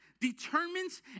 determines